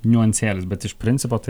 niuansėlis bet iš principo tai